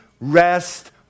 rest